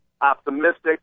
optimistic